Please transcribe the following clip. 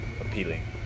Appealing